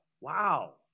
Wow